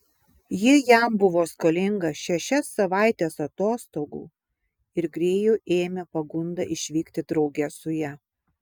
ji jam buvo skolinga šešias savaites atostogų ir grėjų ėmė pagunda išvykti drauge su ja